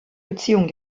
beziehung